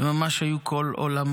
הם ממש היו כל עולמו.